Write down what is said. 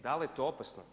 Da li je to opasno?